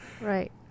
Right